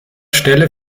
stelle